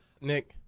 Nick